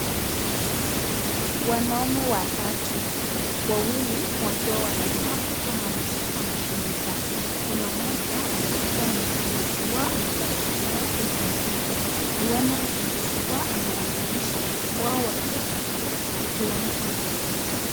Wanaume watatu, wawili wakiwa walemavu kama wameshika mashini zao, kuna mmoja anaweza kuwa ndiye kiongozi wao amevaa shati lake nyekundu , huenda ni kiongozi wao anawaelimisha wao wakiwa katika kiwanja ya uchezaji.